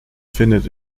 findet